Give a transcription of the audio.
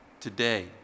today